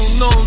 no